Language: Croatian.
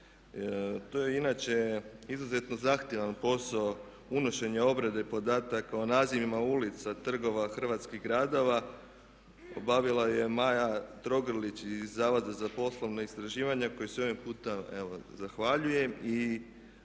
To je inače izuzetno zahtjevan posao unošenja obrade podataka o nazivima ulica, trgova, hrvatskih gradova. Obavila ju je Maja Trogrlić iz Zavoda za poslovna istraživanja kojoj se ovim putem evo zahvaljujem.